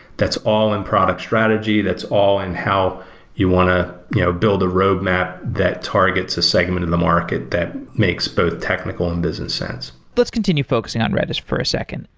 that's all in product strategy. that's all in how you want to you know build a roadmap that targets a segment of the market that makes both technical and business sense let's continue focusing on redis for a second.